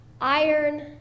Iron